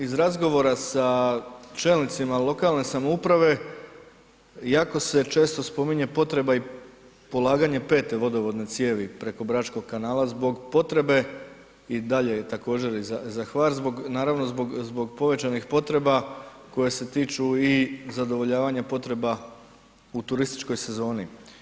Iz razgovora sa čelnicima lokalne samouprave, jako se često spominje potreba i polaganje pete vodovodne cijevi preko Bračkog kanala zbog potrebe i dalje je također i za Hvar naravno zbog povećanih potreba koje se tiču i zadovoljavanja potreba u turističkoj sezoni.